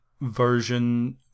version